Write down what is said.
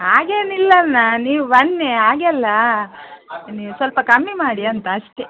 ಹಾಗೇನಿಲ್ಲನ್ನ ನೀವು ಬನ್ನಿ ಹಾಗಲ್ಲ ನೀವು ಸ್ವಲ್ಪ ಕಮ್ಮಿ ಮಾಡಿ ಅಂತ ಅಷ್ಟೆ